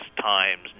times